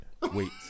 wait